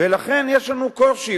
ולכן יש לנו קושי,